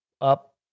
up